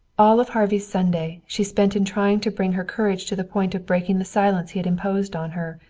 all of harvey's sunday she spent in trying to bring her courage to the point of breaking the silence he had imposed on her,